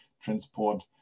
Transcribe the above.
transport